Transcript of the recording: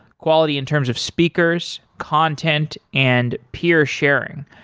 quality in terms of speakers, content and peer sharing,